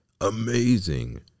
amazing